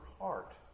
heart